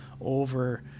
over